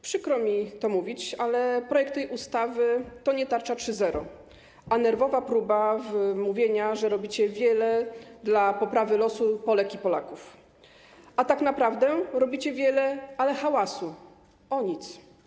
Przykro mi to mówić, ale projekt tej ustawy to nie tarcza 3.0, a nerwowa próba wmówienia, że robicie wiele dla poprawy losu Polek i Polaków, a tak naprawdę robicie wiele hałasu o nic.